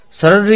સરળ રીતે